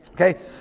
Okay